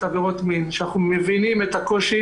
עבירות מין, שאנחנו מבינים את הקושי